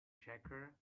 tractor